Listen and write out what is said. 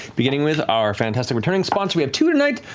beginning with our fantastic returning sponsor, we have two tonight,